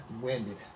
winded